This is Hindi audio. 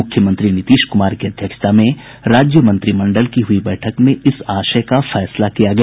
मुख्यमंत्री नीतीश कुमार की अध्यक्षता में राज्य मंत्रिमंडल की हुई बैठक में इस आशय का फैसला किया गया